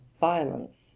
violence